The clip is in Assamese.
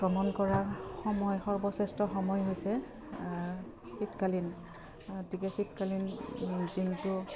ভ্ৰমণ কৰাৰ সময় সৰ্বশ্ৰেষ্ঠ সময় হৈছে শীতকালীন গতিকে শীতকালীন যোনটো